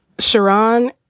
Sharon